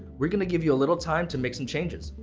we're gonna give you a little time to make some changes.